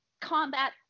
combat